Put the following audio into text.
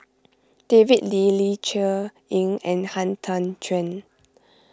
David Lee Ling Cher Eng and Han Tan Juan